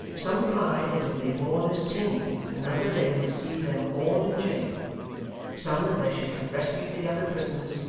some cried that if they bore this tamely, another day would see them all in jail some, that they should have rescued the other prisoners,